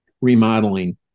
remodeling